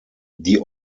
die